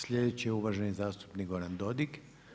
Sljedeći je uvaženi zastupnik Goran Dodig.